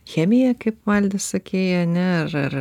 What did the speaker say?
chemiją kaip valdai sakei ar ne ar ar